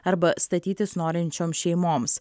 arba statytis norinčioms šeimoms